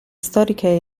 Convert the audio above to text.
storiche